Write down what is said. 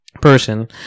person